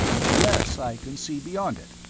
yes, i can see beyond it.